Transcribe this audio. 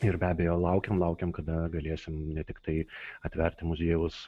ir be abejo laukiam laukiam kada galėsim ne tiktai atverti muziejaus